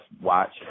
watch